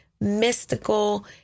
mystical